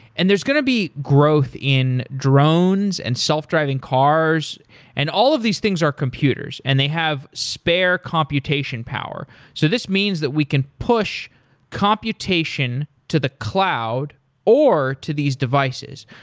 and there's going to be growth in drones and self-driving cars and all of these things are computers and they have spare computation power. so this means that we can push computation to the cloud or to these devices.